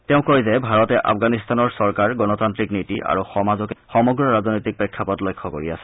তেওঁ কয় যে ভাৰতে আফগানিস্তানৰ চৰকাৰ গণতান্তিক নীতি আৰু সমাজকে ধৰি সমগ্ৰ ৰাজনৈতিক প্ৰেক্ষাপট লক্ষ্য কৰি আছে